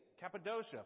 Cappadocia